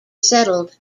settled